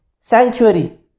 sanctuary